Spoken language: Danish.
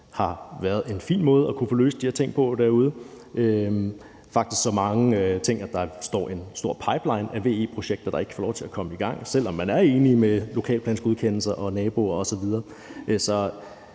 har været en fin måde at kunne få løst de her ting på derude – faktisk så mange ting, at der er en hel pipeline af VE-projekter, der ikke kan få lov til at komme i gang, selv om man er enige i forhold til lokalplansgodkendelser og med naboer osv.